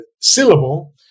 syllable